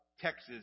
Texas